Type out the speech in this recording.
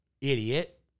Idiot